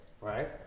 right